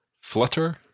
Flutter